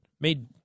Made